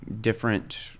different